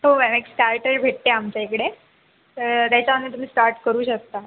हो मॅम एक स्टार्टर भेटते आमच्या इकडे तर त्याच्यावरनं तुम्ही स्टार्ट करू शकता